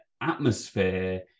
atmosphere